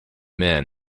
men